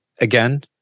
again